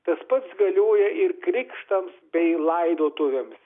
tas pats galioja ir krikštams bei laidotuvėms